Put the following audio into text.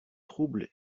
trouble